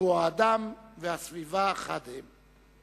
שבו האדם והסביבה חד הם.